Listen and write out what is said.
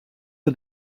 are